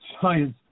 Science